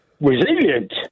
resilient